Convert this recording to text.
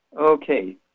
Okay